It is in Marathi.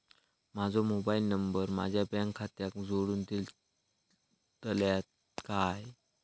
माजो मोबाईल नंबर माझ्या बँक खात्याक जोडून दितल्यात काय?